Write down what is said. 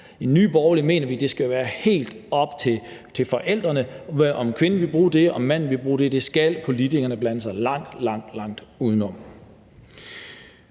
I Nye Borgerlige mener vi, at det skal være helt op til forældrene, om kvinden vil bruge det, eller om manden vil bruge det. Det skal politikerne blande sig langt, langt udenom.